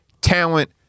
talent